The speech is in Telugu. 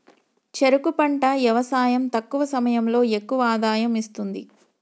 చెరుకు పంట యవసాయం తక్కువ సమయంలో ఎక్కువ ఆదాయం ఇస్తుంది